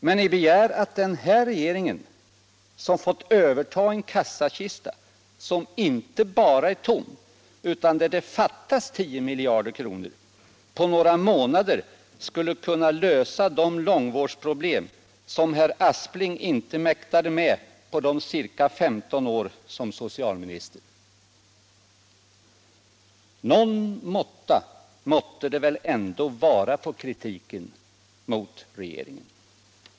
Men ni begär att den här regeringen, som fått överta en kassakista som inte bara är tom, utan där det t.o.m. fattas 10 miljarder kronor, på några månader skulle kunna lösa de långvårdsproblem som herr Aspling inte mäktat lösa under sina ca 15 år som socialminister! Någon måtta får det väl ändå vara på kritiken mot regeringen.